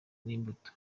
n’imbuto